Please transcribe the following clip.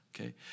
okay